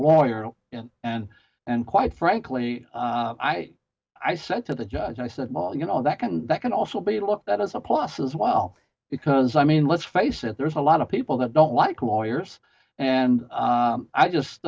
lawyer and and quite frankly i i said to the judge i said well you know that can that can also be looked at as a plus as well because i mean let's face it there's a lot of people that don't like lawyers and